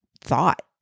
thought